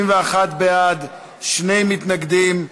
31 בעד, שני מתנגדים.